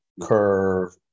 curve